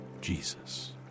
Jesus